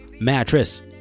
Mattress